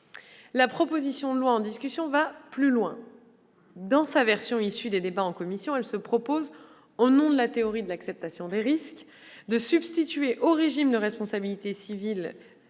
proposition de loi va plus loin : dans sa version issue des débats en commission, elle prévoit, au nom de la théorie de l'acceptation des risques, de substituer au régime de responsabilité